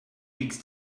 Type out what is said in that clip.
beaks